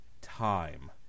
time